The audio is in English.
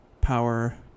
power